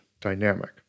dynamic